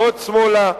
ועוד שמאלה,